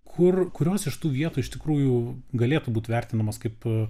kur kurios iš tų vietų iš tikrųjų galėtų būti vertinamos kaip